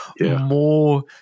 more